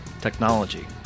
technology